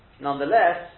Nonetheless